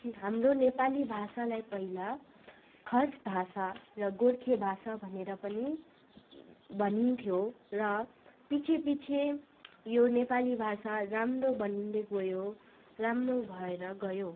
हाम्रो नेपाली भाषालाई पहिला खस भाषा र गोर्खे भाषा भनेर पनि भनिन्थ्यो र पछि पछि यो नेपाली भाषा राम्रो बनिँदै गयो राम्रो भएर गयो